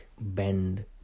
bend